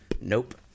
Nope